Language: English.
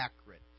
accurate